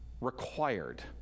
required